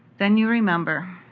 then you remember,